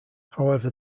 however